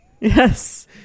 yes